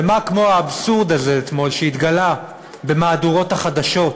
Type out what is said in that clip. ומה כמו האבסורד הזה שאתמול התגלה במהדורות החדשות,